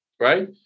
right